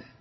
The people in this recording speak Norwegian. i,